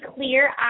clear